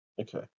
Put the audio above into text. Okay